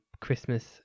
Christmas